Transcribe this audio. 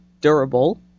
durable